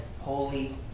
holy